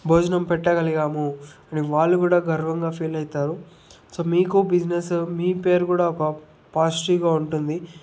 భోజనం పెట్టగలిగాము అని వాళ్ళు కూడా గర్వంగా ఫీల్ అయితారు సో మీకు బిజినెస్ మీ పేరు కూడా ఒక పాజిటివ్గా ఉంటుంది